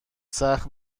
سخت